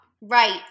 Right